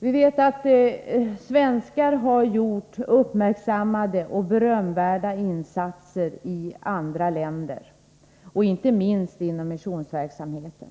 Svenskar har som bekant gjort uppmärksammade och berömvärda insatser i andra länder, inte minst inom missionsverksamhet.